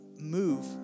move